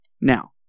Now